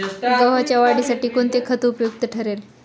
गव्हाच्या वाढीसाठी कोणते खत उपयुक्त ठरेल?